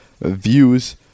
VIEWS